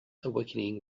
awakening